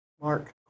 Mark